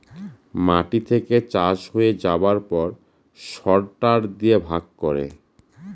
মাটি থেকে চাষ হয়ে যাবার পর সরটার দিয়ে ভাগ করে